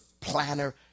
planner